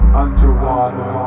underwater